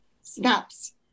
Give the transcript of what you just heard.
snaps